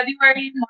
February